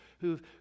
who've